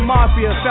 Mafia